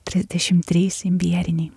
trisdešimt trys imbieriniai